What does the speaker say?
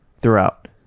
throughout